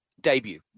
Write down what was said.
debut